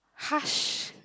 harsh